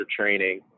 training